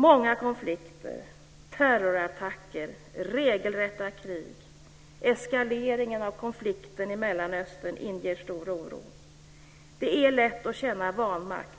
Många konflikter, terrorattacker, regelrätta krig och eskaleringen av konflikten i Mellanöstern inger stor oro. Det är lätt att känna vanmakt,